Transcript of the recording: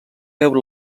veure